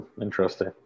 Interesting